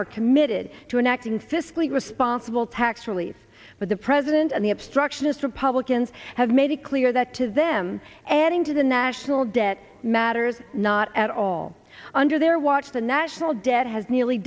are committed to an acting fiscally responsible tax relief but the president and the obstructionist republicans have made it clear that to them adding to the national debt matters not at all under their watch the national debt has nearly